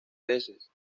veces